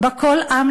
בה כל עם,